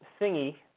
thingy